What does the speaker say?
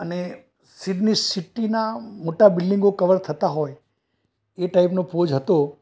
અને સિડની સિટીનાં મોટા બિલ્ડિંગો કવર થતાં હોય એ ટાઇપનો પોઝ હતો